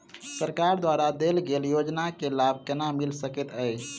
सरकार द्वारा देल गेल योजना केँ लाभ केना मिल सकेंत अई?